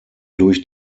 durch